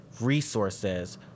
resources